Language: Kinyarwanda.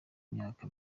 myaka